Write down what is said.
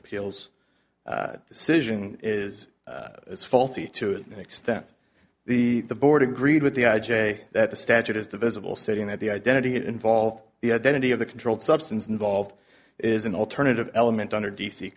appeals decision is as faulty to an extent the the board agreed with the i j a that the statute is divisible stating that the identity involved the identity of the controlled substance involved is an alternative element under d c